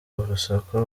urusaku